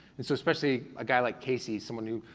and so especially a guy like casey, someone who,